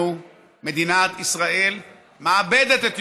אנחנו, מדינת ישראל, מאבדת את ירושלים,